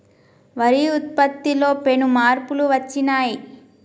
వరి ఉత్పత్తిలో పెను మార్పులు వచ్చినాయ్